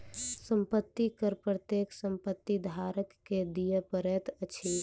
संपत्ति कर प्रत्येक संपत्ति धारक के दिअ पड़ैत अछि